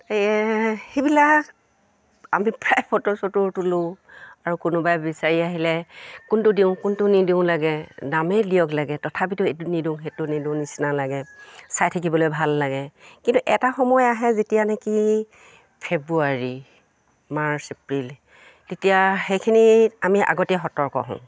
এই সেইবিলাক আমি প্ৰায় ফটো চটো তোলোঁ আৰু কোনোবাই বিচাৰি আহিলে কোনটো দিওঁ কোনটো নিদিওঁ লাগে দামেই দিয়ক লাগে তথাপিতো এইটো নিদিওঁ সেইটো নিদিওঁ নিচিনা লাগে চাই থাকিবলৈ ভাল লাগে কিন্তু এটা সময় আহে যেতিয়া নেকি ফেব্ৰুৱাৰী মাৰ্চ এপ্ৰিল তেতিয়া সেইখিনিত আমি আগতে সতৰ্ক হওঁ